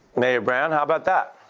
mayor brown? how about that?